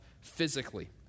physically